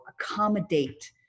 accommodate